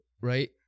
right